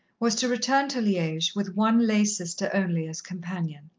was to return to liege, with one lay-sister only as companion.